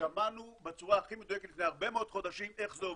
שמענו בצורה הכי מדויקת לפני הרבה מאוד חודשים איך זה עובד.